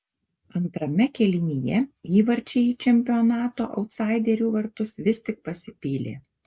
antrame kėlinyje įvarčiai į čempionato autsaiderių vartus vis tik pasipylė